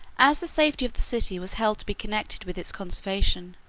as the safety of the city was held to be connected with its conservation,